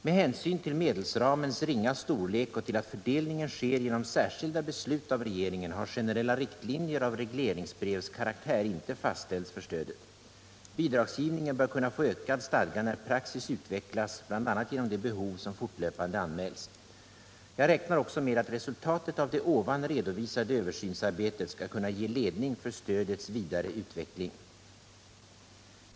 Med hänsyn till medelsramens ringa storlek och till att fördelningen sker genom särskilda beslut av regeringen har generella riktlinjer av regleringsbrevskaraktär inte fastställts för stödet. Bidragsgivningen bör kunna få ökad stadga när praxis utvecklas bl.a. genom de behov som fortlöpande anmäls. Jag räknar också med att resultatet av det här redovisade översynsarbetet skall kunna ge ledning för stödets vidare utveckling.